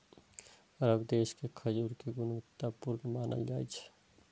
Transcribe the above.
अरब देश के खजूर कें गुणवत्ता पूर्ण मानल जाइ छै